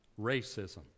racism